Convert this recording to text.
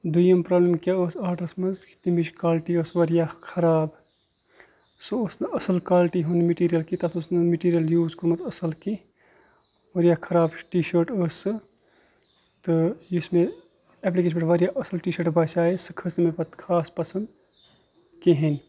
دوٚیِم پرابِم کیاہ ٲسۍ آرڈرَس منٛز تمِچ کالٹی ٲسۍ واریاہ خراب سُہ اوس نہٕ اَصٕل کالٹی ہُنٛد میٹیٖریل کینٛہہ تَتھ اوٚس نہٕ میٹیٖریل گوٚومُت اَصٕل کیٚنٛہہ واریاہ خراب ٹی شٲٹ ٲسۍ سۄ تہٕ یُس مےٚ ایپلِکیشنہِ پٮ۪ٹھ واریاہ اَصٕل ٹی شٲٹ باسیے سۄ کھٔژ نہٕ مےٚ پتہٕ خاص پسنٛد کِہیںی